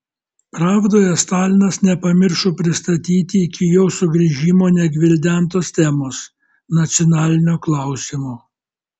pravdoje stalinas nepamiršo pristatyti iki jo sugrįžimo negvildentos temos nacionalinio klausimo